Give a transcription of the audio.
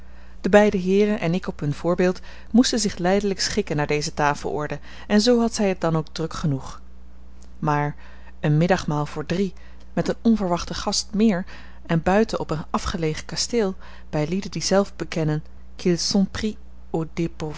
de beide heeren en ik op hun voorbeeld moesten zich lijdelijk schikken naar deze tafelorde en zoo had zij het dan ook druk genoeg maar een middagmaal voor drie met een onverwachten gast meer en buiten op een afgelegen kasteel bij lieden die zelf bekennen